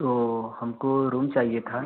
तो हमको रूम चाहिए था